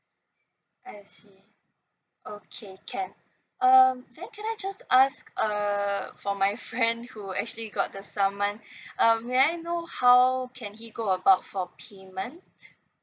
I see okay can um then can I just ask err for my friend who actually got the saman um may I know how can he go about for payment